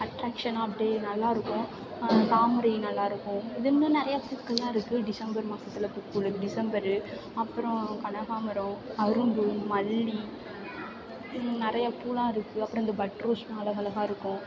அட்ரேக்சனாக அப்படியே நல்லாயிருக்கும் தாமரை நல்லாயிருக்கும் இது இன்னும் நிறையா பூக்களெலாம் இருக்குது டிசம்பர் மாதத்துல பூக்கிற டிசம்பரு அப்புறம் கனகாம்பரம் அரும்பு மல்லி நிறையா பூவெலாம் இருக்குது அப்புறம் இந்த பட்ரோஸ்யெலாம் அழகழகாக இருக்கும்